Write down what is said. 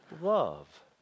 Love